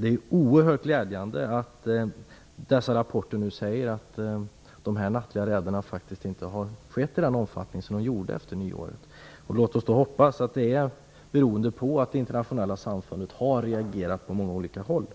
Det är oerhört glädjande att rapporter nu säger att de nattliga räderna inte har skett i samma omfattning som efter nyår. Låt oss hoppas att det beror på att det internationella samfundet har reagerat på många olika håll.